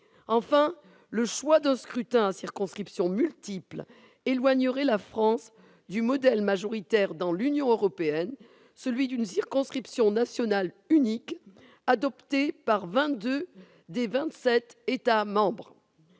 Enfin, le choix d'un scrutin à circonscriptions multiples éloignerait la France du modèle majoritaire dans l'Union européenne, celui d'une circonscription nationale unique adopté par vingt-deux des vingt-sept États membres.